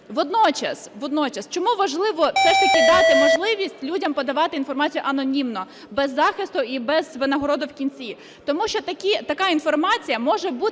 Водночас чому важливо все-таки дати можливість людям подавати інформацію анонімно без захисту і без винагороду в кінці. Тому що така інформація може бути